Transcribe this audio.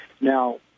Now